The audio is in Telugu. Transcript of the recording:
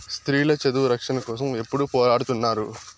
స్త్రీల చదువు రక్షణ కోసం ఎప్పుడూ పోరాడుతున్నారు